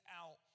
out